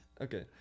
Okay